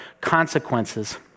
consequences